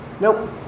Nope